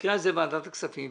במקרה הזה ועדת הכספים,